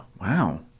wow